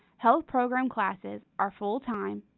health programs classes are full-time,